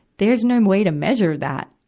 there's no um way to measure that,